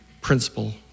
principle